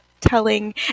telling